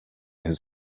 his